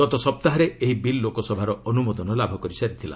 ଗତ ସପ୍ତାହରେ ଏହି ବିଲ୍ ଲୋକସଭାର ଅନୁମୋଦନ ଲାଭ କରିସାରିଥିଲା